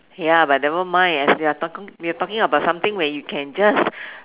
ya but nevermind as we are talking we are talking about something where you can just